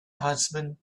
husband